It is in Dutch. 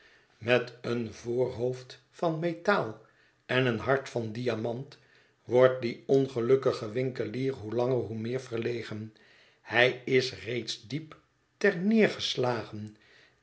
met een voorhoofd van metaal en een hart van diamant wordt die ongelukkige winkelier hoe langer hoe meer verlegen hij is reeds diep ter neer